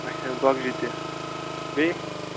اچھا گۄگجہِ تہِ بیٚیہِ